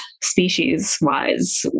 species-wise